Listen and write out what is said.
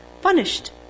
punished